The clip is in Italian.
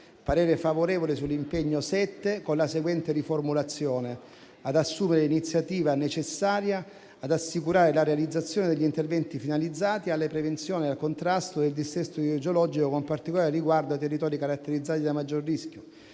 7 del dispositivo si propone la seguente riformulazione: «ad assumere ogni iniziativa necessaria ad assicurare la realizzazione degli interventi finalizzati alla prevenzione ed al contrasto del dissesto idrogeologico con particolare riguardo ai territori caratterizzati da maggior rischio».